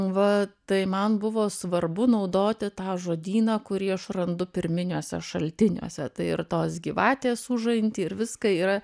vat tai man buvo svarbu naudoti tą žodyną kurį aš randu pirminiuose šaltiniuose tai ir tos gyvatės užanty ir viską yra